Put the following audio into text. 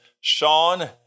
Sean